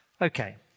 Okay